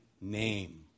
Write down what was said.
name